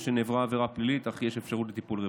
או שנעברה עבירה פלילית אך יש אפשרות לטיפול רפואי.